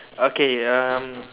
okay um